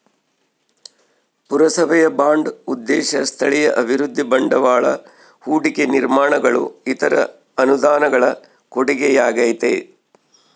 ಪುರಸಭೆಯ ಬಾಂಡ್ ಉದ್ದೇಶ ಸ್ಥಳೀಯ ಅಭಿವೃದ್ಧಿ ಬಂಡವಾಳ ಹೂಡಿಕೆ ನಿರ್ಮಾಣಗಳು ಇತರ ಅನುದಾನಗಳ ಕೊಡುಗೆಯಾಗೈತೆ